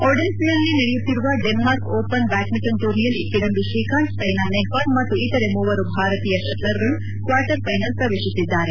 ಓಡೆನ್ಸೆಯಲ್ಲಿ ನಡೆಯುತ್ತಿರುವ Denmark open badminton ಟೂರ್ನಿಯಲ್ಲಿ ಕಿಡಂಬಿ ಶ್ರೀಕಾಂತ್ ಸ್ಲೆನಾ ನೆಹ್ವಾಲ್ ಮತ್ತು ಇತರೆ ಮೂವರು ಭಾರತೀಯ ಶಟ್ಲರ್ಗಳು ಕ್ವಾರ್ಟರ್ಫೈನಲ್ ಪ್ರವೇಶಿಸಿದ್ದಾರೆ